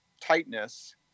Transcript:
tightness